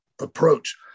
approach